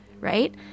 right